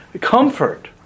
comfort